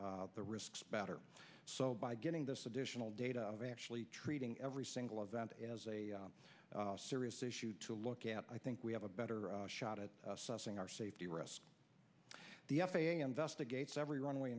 the risks better so by getting this additional data of actually treating every single event as a serious issue to look at i think we have a better shot at sussing our safety risk the f a a investigates every runway